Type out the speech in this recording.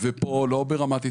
ופה לא ברמת התנצלות,